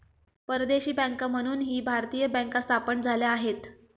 परदेशी बँका म्हणूनही भारतीय बँका स्थापन झाल्या आहेत